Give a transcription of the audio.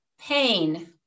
pain